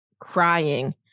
crying